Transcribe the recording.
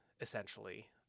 essentially